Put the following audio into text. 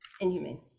inhumane